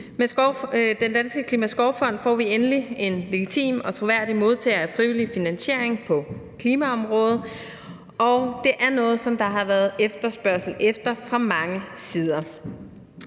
Med Den Danske Klimaskovfond får vi endelig en legitim og troværdig modtager af frivillig finansiering på klimaområdet, og det er noget, som der har været efterspørgsel efter fra mange sider.